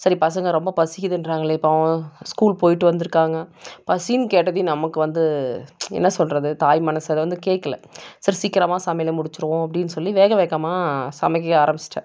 சரி பசங்கள் ரொம்ப பசிக்குதுகிறாங்களே பாவம் ஸ்கூலுக்கு போய்ட்டு வந்திருக்காங்க பசின்னு கேட்டதையும் நமக்கு வந்து என்ன சொல்வது தாய் மனசு அது வந்து கேட்கல சரி சீக்கிரமாக சமையலை முடிச்சுடுவோம் அப்படின்னு சொல்லி வேக வேகமாக சமைக்க ஆரமிச்சுட்டேன்